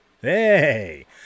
Hey